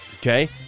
Okay